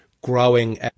growing